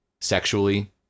sexually